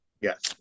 yes